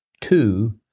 two